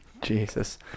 Jesus